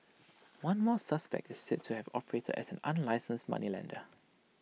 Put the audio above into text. one more suspect is said to have operated as an unlicensed moneylender